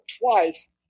twice